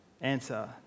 answer